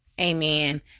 Amen